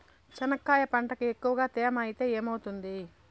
చెనక్కాయ పంటకి ఎక్కువగా తేమ ఐతే ఏమవుతుంది?